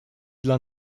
dla